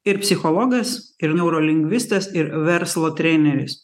ir psichologas ir neurolingvistas ir verslo treneris